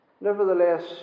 Nevertheless